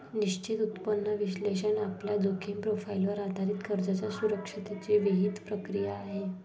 निश्चित उत्पन्न विश्लेषण आपल्या जोखीम प्रोफाइलवर आधारित कर्जाच्या सुरक्षिततेची विहित प्रक्रिया आहे